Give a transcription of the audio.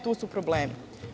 Tu su problemi.